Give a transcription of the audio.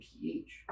PH